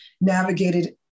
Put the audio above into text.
navigated